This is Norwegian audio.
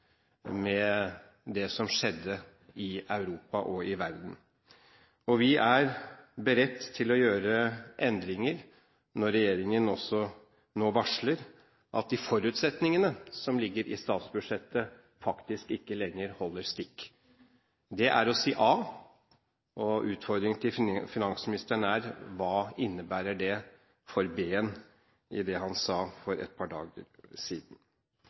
med det som skjedde i Europa og verden for øvrig. Vi er beredt til å gjøre endringer når regjeringen nå også varsler at de forutsetningene som ligger i statsbudsjettet, ikke lenger holder stikk. Det er å si A. Utfordringen til finansministeren er: Hva innebærer det for B-en i det han sa for et par dager siden?